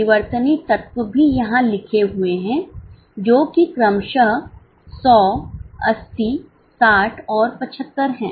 परिवर्तनीय तत्व भी यहां लिखे हुए हैं जो कि क्रमशः 100 80 60 और 75 है